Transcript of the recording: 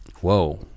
whoa